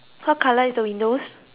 whose